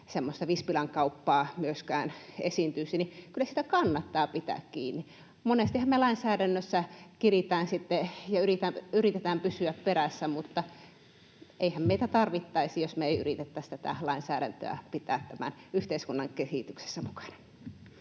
semmoista vispilänkauppaa myöskään esiintyisi. Kyllä siitä kannattaa pitää kiinni. Monestihan me lainsäädännössä sitten kiritään ja yritetään pysyä perässä, mutta eihän meitä tarvittaisi, jos me ei yritettäisi tätä lainsäädäntöä pitää tämän yhteiskunnan kehityksessä mukana.